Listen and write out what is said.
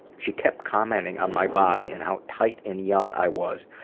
she kept commenting on my body and how tight and young i was.